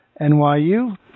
NYU